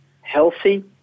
healthy